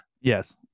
Yes